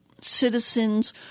Citizens